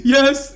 Yes